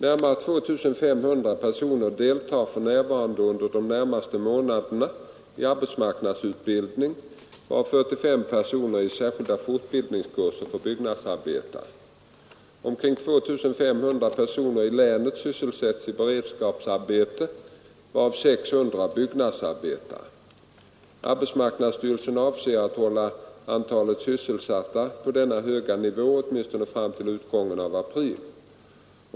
Närmare 2 500 personer deltar för närvarande och under de närmaste månaderna i arbetsmarknadsutbildning, varav 45 personer i särskilda fortbildningskurser för byggnadsarbetare. Omkring 2 400 personer i länet sysselsätts i beredskapsarbeten, varav 600 byggnadsarbetare. Arbetsmarknadsstyrelsen avser att hålla antalet sysselsatta på denna höga nivå åtminstone fram till utgången av april.